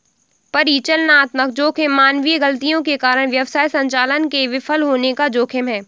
परिचालनात्मक जोखिम मानवीय गलतियों के कारण व्यवसाय संचालन के विफल होने का जोखिम है